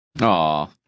Aw